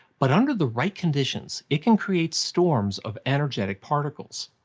but under the right conditions, it can create storms of energetic particles.